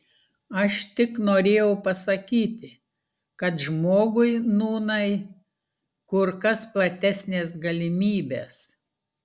aš tik norėjau pasakyti kad žmogui nūnai kur kas platesnės galimybės